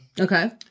Okay